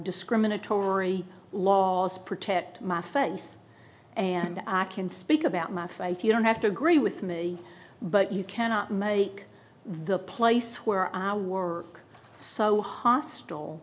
discriminatory laws protect my faith and i can speak about my faith you don't have to agree with me but you cannot make the place where i work so hostile